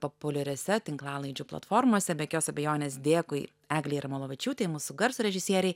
populiariose tinklalaidžių platformose be jokios abejonės dėkui eglei jarmolavičiūtei mūsų garso režisierei